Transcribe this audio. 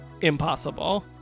impossible